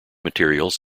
materials